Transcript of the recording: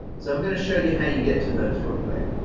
so i'm going to show you how you get to those real quick.